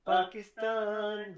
Pakistan